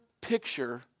picture